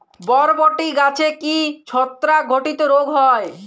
বরবটি গাছে কি ছত্রাক ঘটিত রোগ হয়?